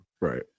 Right